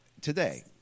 Today